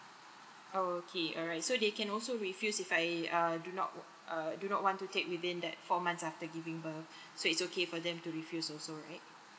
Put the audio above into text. okay alright so they can also refused if I err do not err do not want to take within that four months after giving birth so it's okay for them to refuse also right